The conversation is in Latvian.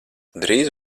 drīz